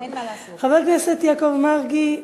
חבר הכנסת יעקב מרגי,